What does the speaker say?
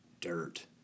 dirt